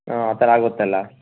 ಹಾಂ ಆ ಥರ ಆಗುತ್ತಲ್ಲಾ